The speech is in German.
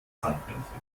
sandmännchen